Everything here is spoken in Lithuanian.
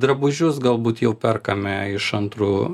drabužius galbūt jau perkame iš antrų